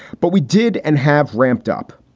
but we did and have ramped up.